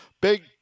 Big